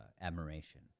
admiration